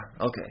okay